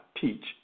teach